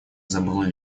забыл